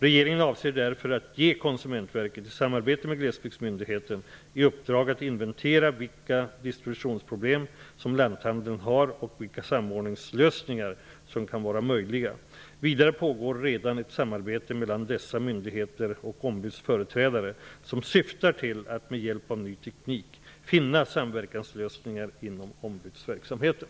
Regeringen avser därför att ge Konsumentverket, i samarbete med Glesbygdsmyndigheten, i uppdrag att inventera vilka distributionsproblem som lanthandeln har och vilka samordningslösningar som kan vara möjliga. Vidare pågår redan mellan dessa myndigheter och ombudsföreträdare ett samarbete, som syftar till att med hjälp av ny teknik finna samverkanslösningar inom ombudsverksamheten.